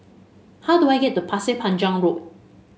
how do I get to Pasir Panjang Road